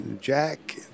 Jack